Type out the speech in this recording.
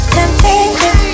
Temptation